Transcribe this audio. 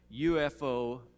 UFO